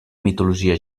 mitologia